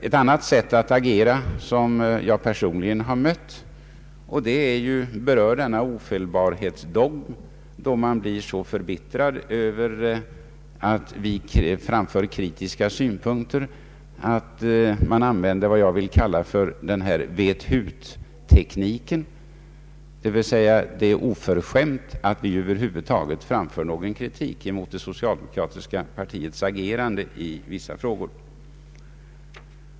Ett annat sätt att agera som jag personligen mött berör en ofelbarhetsdogm då man blir så förbittrad över kritik att man använder vad jag skulle vilja kalla ”vet hut-tekniken”, d.v.s. att det är oförskämt att över huvud taget framföra någon kritik mot det socialdemokratiska partiets agerande i vissa frågor.